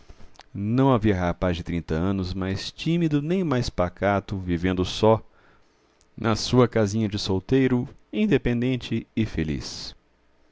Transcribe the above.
não havia rapaz de trinta anos mais tímido nem mais pacato vivendo só na sua casinha de solteiro independente e feliz